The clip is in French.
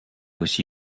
aussi